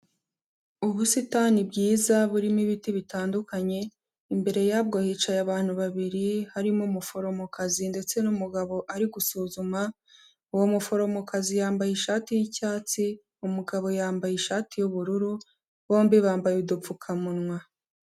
Ubusitani bwiza burimo ibiti bitandukanye, imbere yabwo hicaye abantu babiri, harimo umuforomokazi ndetse n'umugabo ari gusuzuma, uwo muforomokazi yambaye ishati y'icyatsi, umugabo yambaye ishati y'ubururu, bombi bambaye udupfukamunwa.